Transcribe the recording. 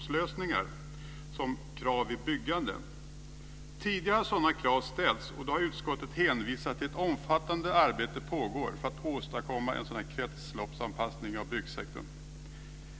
Sådana krav har ställts tidigare, och då har utskottet hänvisat till att ett omfattande arbete pågår för att åstadkomma en kretsloppsanpassning av byggsektorn.